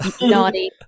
naughty